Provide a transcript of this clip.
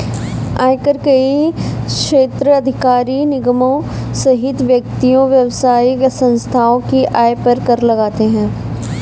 आयकर कई क्षेत्राधिकार निगमों सहित व्यक्तियों, व्यावसायिक संस्थाओं की आय पर कर लगाते हैं